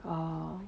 ah